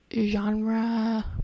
genre